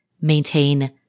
maintain